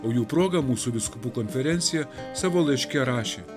o jų proga mūsų vyskupų konferencija savo laiške rašė